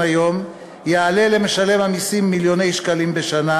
היום יעלה למשלם המסים מיליוני שקלים בשנה,